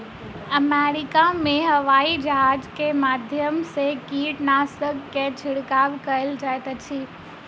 America में हवाईजहाज के माध्यम से कीटनाशक के छिड़काव कयल जाइत अछि